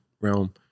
realm